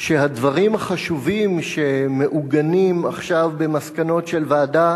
שהדברים החשובים שמעוגנים עכשיו במסקנות של ועדה